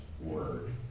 word